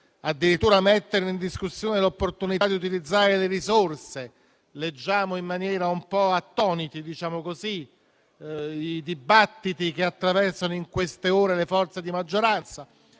addirittura mettere in discussione l'opportunità di utilizzarne le risorse? Seguiamo attoniti i dibattiti che attraversano in queste ore le forze di maggioranza.